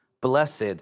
blessed